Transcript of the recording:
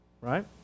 Right